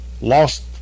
lost